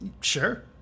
Sure